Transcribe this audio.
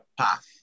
path